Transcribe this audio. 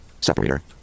Separator